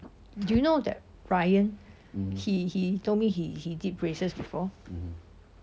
do you know that brian he he told me he he did braces before